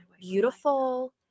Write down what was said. beautiful